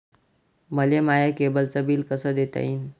मले माया केबलचं बिल कस देता येईन?